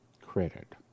credit